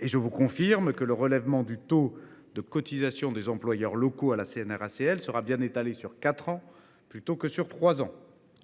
Je vous confirme que le relèvement du taux de cotisation des employeurs locaux à la CNRACL sera étalé sur quatre ans, plutôt que sur trois,